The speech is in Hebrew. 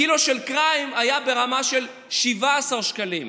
קילו של כרעיים היה ברמה של 17 שקלים.